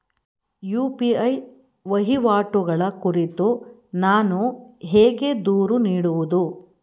UPI ವಹಿವಾಟುಗಳ ಕುರಿತು ನಾನು ಹೇಗೆ ದೂರು ನೀಡುವುದು?